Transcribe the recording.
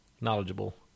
knowledgeable